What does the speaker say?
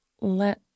let